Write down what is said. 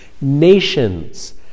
Nations